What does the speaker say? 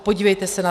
Podívejte se na to.